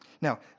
Now